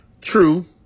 True